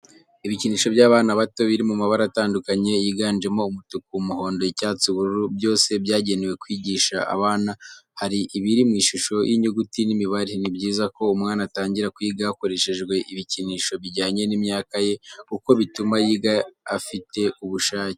Ibikinisho by'abana bato biri mu mabara atandukanye yiganjemo umutuku, umuhondo, icyatsi, ubururu, byose byagenewe kwigisha abana hari ibiri mu ishusho y'inyuguti n'imibare. Ni byiza ko umwana atangira kwiga hakoreshejwe ibikinisho bijyanye n'imyaka ye kuko bituma yiga afite ubushake.